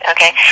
Okay